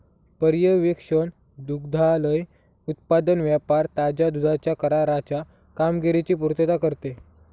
पर्यवेक्षण दुग्धालय उत्पादन व्यापार ताज्या दुधाच्या कराराच्या कामगिरीची पुर्तता करते